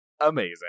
Amazing